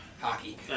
Hockey